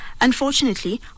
Unfortunately